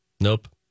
Nope